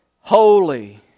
holy